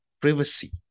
privacy